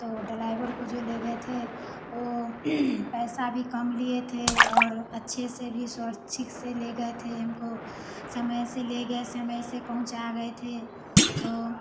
तो डलायवर को जो ले गए थे वह पैसा भी कम लिए थे और अच्छे से भी शोर चीक से ले गए थे हमको समय से ले गए समय से पहुँचा गए थे तो